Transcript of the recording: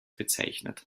bezeichnet